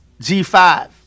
G5